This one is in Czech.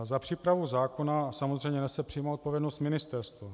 Za přípravu zákona samozřejmě nese přímou odpovědnost ministerstvo.